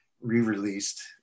re-released